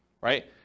right